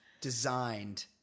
designed